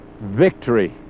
Victory